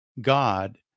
God